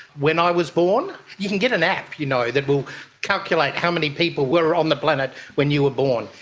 when i was born, you can get an app, you know, that will calculate how many people were on the planet when you were born.